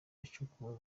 yacukuwe